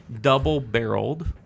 double-barreled